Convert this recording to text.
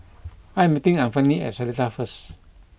I am meeting Anfernee at Seletar first